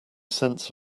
sense